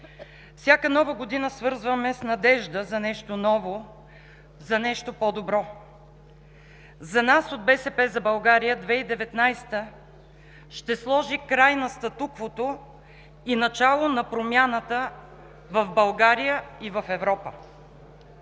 Всяка нова година свързваме с надежда за нещо ново, за нещо по-добро. За нас от „БСП за България“ 2019 г. ще сложи край на статуквото и начало на промяната в България и в Европа.